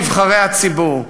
נבחרי הציבור,